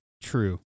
true